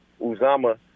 Uzama